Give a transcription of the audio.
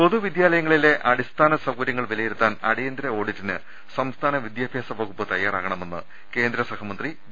പൊതുവിദ്യാലയങ്ങളിലെ അടിസ്ഥാന സൌകരൃങ്ങൾ വിലയി രുത്താൻ അടിയന്തര ഓഡിറ്റിന് സംസ്ഥാന വിദ്യാഭ്യാസ വകുപ്പ് തയാ റാകണമെന്ന് കേന്ദ്ര സഹമന്ത്രി വി